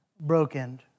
broken